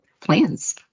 plans